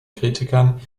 kritikern